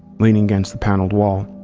leaning against the paneled wall.